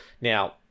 Now